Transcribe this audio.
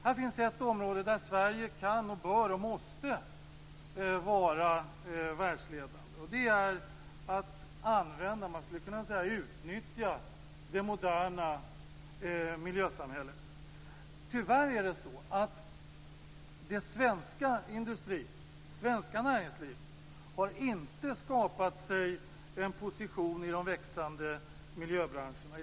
Här finns ett område där Sverige kan, bör och måste vara världsledande. Det gäller att utnyttja det moderna miljösamhället. Tyvärr har den svenska industrin och det svenska näringslivet inte skapat en position i de växande miljöbranscherna.